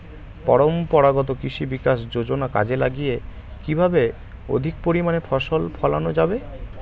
পরম্পরাগত কৃষি বিকাশ যোজনা কাজে লাগিয়ে কিভাবে অধিক পরিমাণে ফসল ফলানো যাবে?